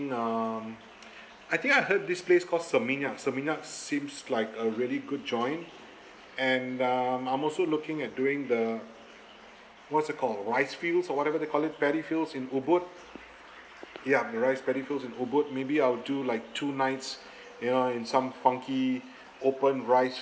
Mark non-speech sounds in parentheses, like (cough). um (noise) I think I heard this place called seminyak seminyak seems like a really good joint and um I'm also looking at doing the what's it called rice fields or whatever they call it paddy fields in ubud ya rice paddy fields in ubud maybe I'll do like two nights (breath) you know in some funky (breath) open rice